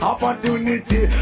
Opportunity